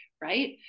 Right